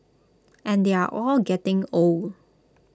and they're all getting old